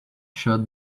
shirt